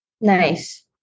Nice